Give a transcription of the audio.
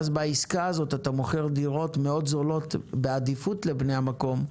ואז בעסקה הזאת אתה מוכר דירות מאוד זולות בעדיפות לבני המקום,